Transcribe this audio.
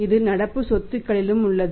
இது நடப்பு சொத்துக்களில் உள்ளது